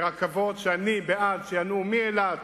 ברכבות, ואני בעד שינוע מאילת